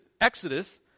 Exodus